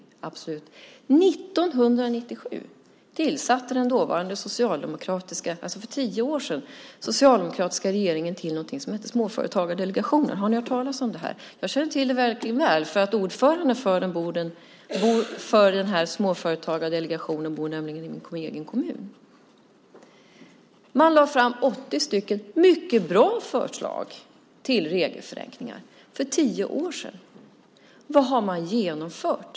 År 1997, alltså för tio år sedan, tillsatte den dåvarande socialdemokratiska regeringen något som hette Småföretagsdelegationen. Har ni hört talas om den? Jag känner till hur det verkligen är. Ordföranden för Småföretagsdelegationen bor nämligen i min kommun. Man lade fram 80 mycket bra förslag om regelförenklingar - det var alltså för tio år sedan. Men vad har man genomfört?